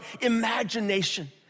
imagination